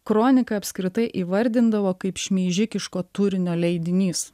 kroniką apskritai įvardindavo kaip šmeižikiško turinio leidinys